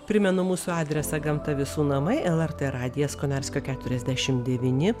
primenu mūsų adresą gamta visų namai lrt radijas konarskio keturiasdešim devyni